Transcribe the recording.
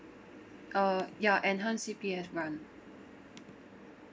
uh ya enhanced C_P_F grant